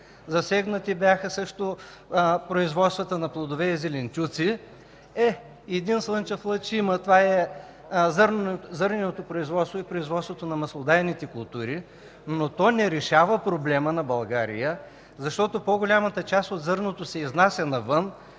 Засегнати бяха също производствата на плодове и зеленчуци. Е, има един слънчев лъч – това е зърнопроизводството и производството на маслодайните култури, но то не решава проблема на България, защото по-голямата част от зърното се изнася навън.